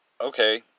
okay